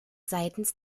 seitens